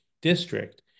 district